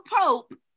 Pope